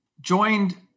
joined